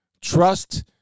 trust